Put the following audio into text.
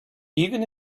even